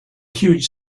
huge